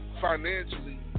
Financially